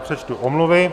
Přečtu omluvy.